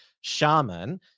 shaman